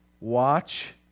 watch